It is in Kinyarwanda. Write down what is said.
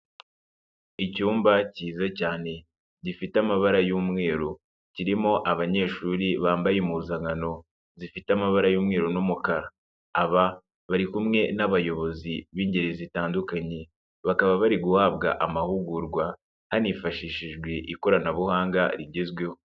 Icyumba cyiza cyane, gifite amabara y'umweru, kirimo abanyeshuri bambaye impuzankano zifite amabara y'umweru n'umukara. Aba bari kumwe n'abayobozi b'ingeri zitandukanye. Bakaba bari guhabwa amahugurwa, hanifashishijwe ikoranabuhanga rigezweho.